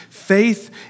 Faith